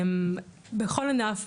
בכל ענף,